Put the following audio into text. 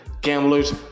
gamblers